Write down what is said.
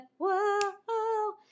Whoa